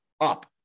up